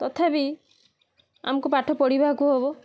ତଥାପି ଆମକୁ ପାଠ ପଢ଼ିବାକୁ ହବ